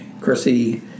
Chrissy